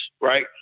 right